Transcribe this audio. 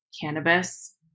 cannabis